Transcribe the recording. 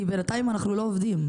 כי בינתיים אנחנו לא עובדים.